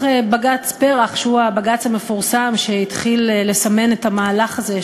מבקש שתאשרו את הצעת החוק המונחת לפניכם,